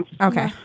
Okay